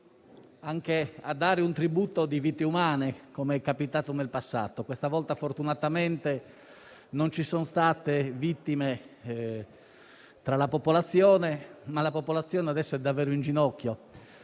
anche a pagare un tributo in termini di vite umane, com'è capitato in passato. Questa volta fortunatamente non ci sono state vittime tra la popolazione, che però adesso è davvero in ginocchio.